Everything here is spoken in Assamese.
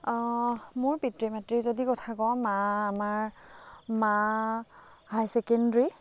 মোৰ পিতৃ মাতৃৰ যদি কথা কওঁ মা আমাৰ মা হাই ছেকেনদ্ৰি